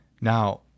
Now